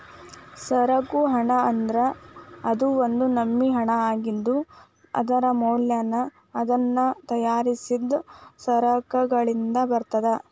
ಸರಕು ಹಣ ಅಂದ್ರ ಅದು ಒಂದ್ ನಮ್ನಿ ಹಣಾಅಗಿದ್ದು, ಅದರ ಮೌಲ್ಯನ ಅದನ್ನ ತಯಾರಿಸಿದ್ ಸರಕಗಳಿಂದ ಬರ್ತದ